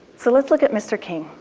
so let's look at mr. king.